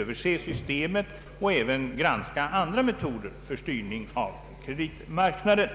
över systemet och även granskar andra metoder för styrning av kreditmarknaden.